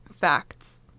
facts